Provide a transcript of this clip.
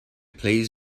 plays